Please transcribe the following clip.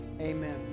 Amen